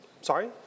Sorry